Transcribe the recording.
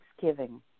thanksgiving